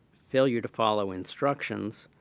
failure to follow instructions,